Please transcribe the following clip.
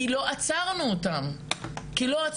כי לא עצרנו אותם בזמן,